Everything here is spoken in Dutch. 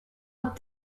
het